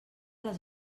les